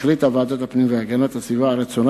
החליטה ועדת הפנים והגנת הסביבה על רצונה